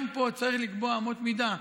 גם פה צריך לקבוע אמות מידה.